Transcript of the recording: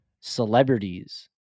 celebrities